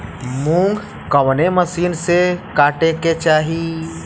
मूंग कवने मसीन से कांटेके चाही?